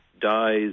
dies